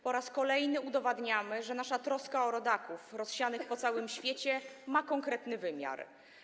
Po raz kolejny udowadniamy, że nasza troska o rodaków rozsianych po całym świecie ma konkretny wymiar.